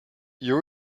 you